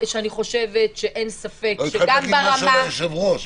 התחלת להגיד משהו ליושב ראש.